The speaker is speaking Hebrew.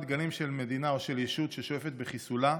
דגלים של מדינה או של ישות ששואפת לחיסולה?